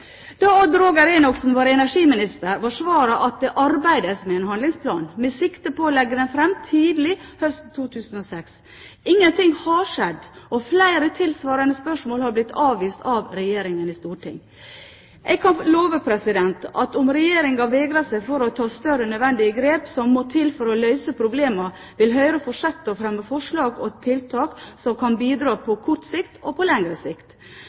Da Odd Roger Enoksen var energiminister, var svaret at det arbeides med en handlingsplan, med sikte på å legge den fram tidlig, høsten 2006. Ingenting har skjedd, og flere tilsvarende spørsmål har blitt avvist av Regjeringen i Stortinget. Jeg kan love at om Regjeringen vegrer seg for å ta større, nødvendige grep som må til for å løse problemene, vil Høyre fortsette å fremme forslag om tiltak som kan bidra på kort sikt – og på lengre sikt.